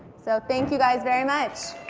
so thank you guys very much.